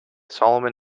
solomon